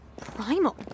primal